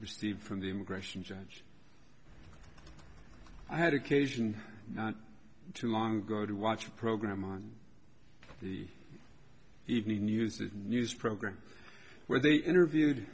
received from the immigration judge i had occasion to long ago to watch a program on the evening news the news program where they interviewed